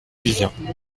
vivien